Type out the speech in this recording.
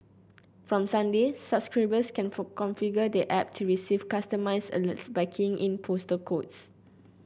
from Sunday subscribers can configure the app to receive customised alerts by keying in postal codes